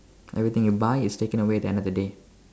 everything you buy is taken away at the end of the day